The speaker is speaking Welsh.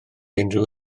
unrhyw